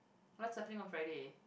let's help him on Friday